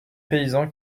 paysan